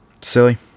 Silly